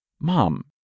Mom